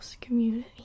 community